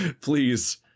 please